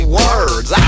words